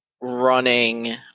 running